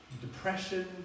depression